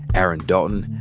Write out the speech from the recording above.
aaron dalton,